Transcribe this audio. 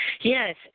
Yes